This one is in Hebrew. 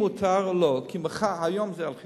אם מותר לו, כי היום זה על חיסון.